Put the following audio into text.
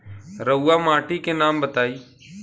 रहुआ माटी के नाम बताई?